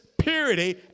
purity